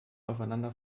aufeinander